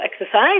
exercise